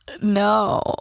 no